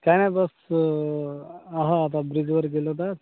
काही नाही बस आहे आता ब्रिजवर गेलो त्यात